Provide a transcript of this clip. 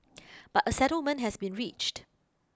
but a settlement has been reached